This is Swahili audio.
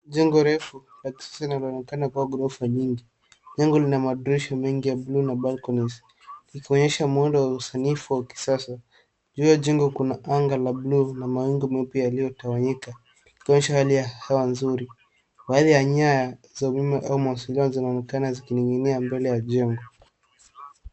Jengo refu la kisasa linaonekana kuwa ghorofa nyingi. Jengi lina madirisha mingi ya blue na balconies , likionyesha mwendo wa usanifu wa kisasa. Juu ya jengo kuna anga la blue na mawingu meupe yaliyotawanyika, likionyesha hali ya hewa nzuri. Baadhi ya nyaya, za umeme au mawasiliano zinaonekana zikining'inia mbele ya jengo.